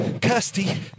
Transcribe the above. Kirsty